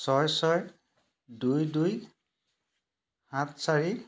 ছয় ছয় দুই দুই সাত চাৰি